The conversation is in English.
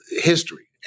history